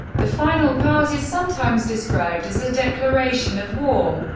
the final part is sometimes described as a declaration of war.